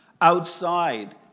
outside